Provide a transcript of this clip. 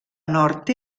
nord